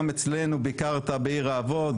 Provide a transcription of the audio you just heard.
גם אצלנו ביקרת בעיר האבות,